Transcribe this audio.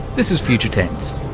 this is future tense.